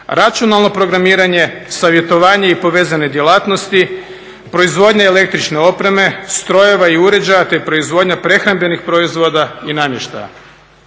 računalno programiranje, savjetovanje i povezane djelatnosti, proizvodnja električne opreme, strojeva i uređaja, te proizvodnja prehrambenih proizvoda i namještaja.